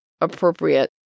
appropriate